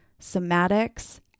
somatics